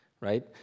right